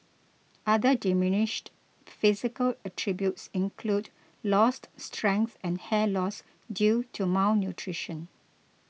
other diminished physical attributes include lost strength and hair loss due to malnutrition